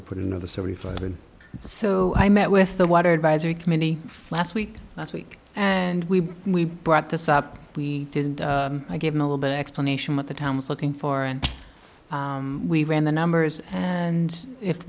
put into the seventy five and so i met with the water advisory committee last week last week and we we brought this up we did and i gave him a little bit of explanation what the town was looking for and we ran the numbers and if